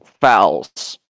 fouls